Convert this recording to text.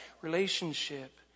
relationship